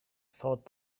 thought